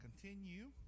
continue